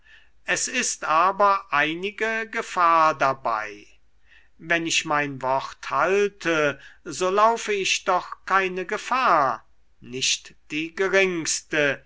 es ist aber einige gefahr dabei wenn ich mein wort halte so laufe ich doch keine gefahr nicht die geringste